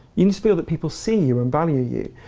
you need to feel that people see you and value you,